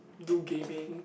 do gaming